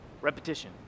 Repetition